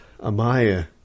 Amaya